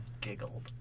giggled